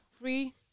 free